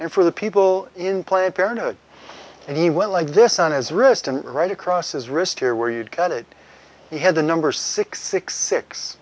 and for the people in planned parenthood and he went like this on his wrist and right across his wrist here where you got it he had the number six six six